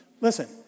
Listen